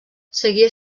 seguia